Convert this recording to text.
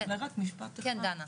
כן דנה.